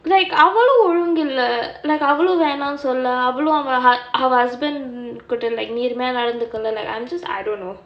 like அவளோ ஒழுங்கில்ல:avvalo olungilla like அவளோ வேணானு சொல்லுல்ல அவளோ அவ:avvalo vaenaanu sollula avvalo ava hus~ husband கிட்ட நேர்மயா நடந்துக்குலே:kitta naermayaa nadanthukkula I'm just like I don't know